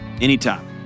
Anytime